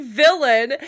villain